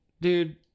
dude